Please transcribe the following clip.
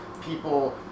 people